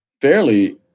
fairly